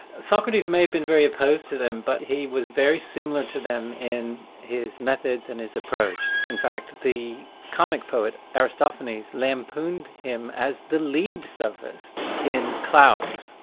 socrates may have been very opposed to them but he was very similar to them in his methods and his approach, in fact that the comic poet, aristophanes, lampooned him as the lead sophist in clouds.